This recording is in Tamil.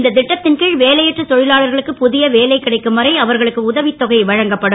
இந்த ட்டத் ன் கி வேலையற்ற தொ லாளர்களுக்கு பு ய வேலை கிடைக்கும் வரை அவர்களுக்கு உதவித் தொகை வழங்கப்படும்